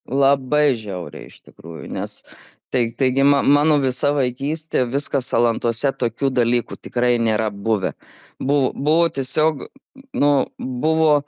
labai žiauriai iš tikrųjų nes tai taigi ma mano visa vaikystė viskas salantuose tokių dalykų tikrai nėra buvę buv buvo tiesiog nu buvo